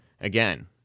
again